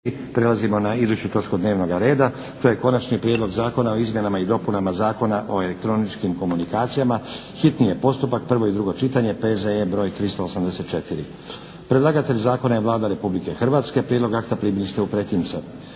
Prelazimo na iduću točku dnevnoga reda, to je: - Konačni prijedlog Zakona o izmjenama i dopunama Zakona o elektroničkim komunikacijama, hitni postupak, prvo i drugo čitanje, P.Z.E. br. 384; Predlagatelj Zakona je Vlada Republike Hrvatske. Prijedlog akta primili ste u pretince.